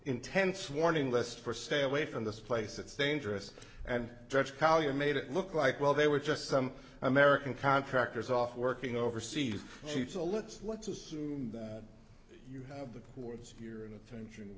intense warning list for stay away from this place it's dangerous and dredged kolya made it look like well they were just some american contractors off working overseas you to let's let's assume that you have the courts here in attention